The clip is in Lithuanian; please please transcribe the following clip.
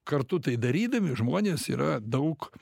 kartu tai darydami žmonės yra daug